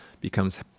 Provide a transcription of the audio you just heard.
becomes